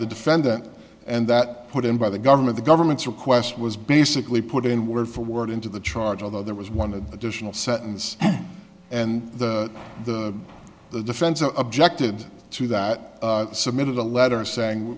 the defendant and that put in by the government the government's request was basically put in word for word into the charge although there was one additional sentence and the the the defense of objected to that submitted a letter saying